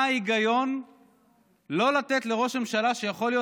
מה ההיגיון לא לתת לראש ממשלה שיכול להיות